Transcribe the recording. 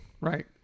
Right